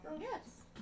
Yes